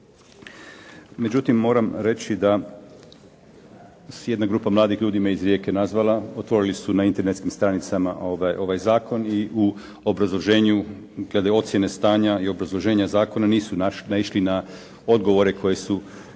Međutim, moram reći da jedna grupa mladih ljudi me iz Rijeke nazvala, otvorili su na internetskim stranicama ovaj zakon i u obrazloženju glede ocjene stanja i obrazloženja zakona nisu naišli na odgovore koje su tražili